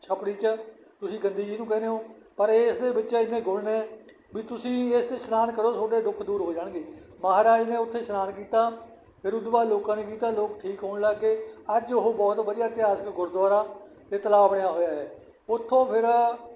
ਛਪੜੀ 'ਚ ਤੁਸੀਂ ਗੰਦੀ ਜਿਹਨੂੰ ਕਹਿੰਦੇ ਹੋ ਪਰ ਇਸ ਦੇ ਵਿੱਚ ਇੰਨੇ ਗੁਣ ਨੇ ਵੀ ਤੁਸੀਂ ਇਸ 'ਤੇ ਇਸ਼ਨਾਨ ਕਰੋ ਤੁਹਾਡੇ ਦੁੱਖ ਦੂਰ ਹੋ ਜਾਣਗੇ ਮਹਾਰਾਜ ਨੇ ਉੱਥੇ ਇਸ਼ਨਾਨ ਕੀਤਾ ਫਿਰ ਉਦੋਂ ਬਾਅਦ ਲੋਕਾਂ ਨੇ ਕੀਤਾ ਲੋਕ ਠੀਕ ਹੋਣ ਲੱਗ ਗਏ ਅੱਜ ਉਹ ਬਹੁਤ ਵਧੀਆ ਇਤਿਹਾਸਕ ਗੁਰਦੁਆਰਾ ਅਤੇ ਤਲਾਬ ਬਣਿਆ ਹੋਇਆ ਹੈ ਉਥੋਂ ਫਿਰ